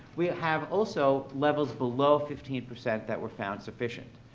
we have, also, levels below fifteen percent that were found sufficient.